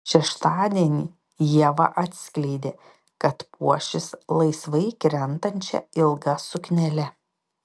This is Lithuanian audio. šeštadienį ieva atskleidė kad puošis laisvai krentančia ilga suknele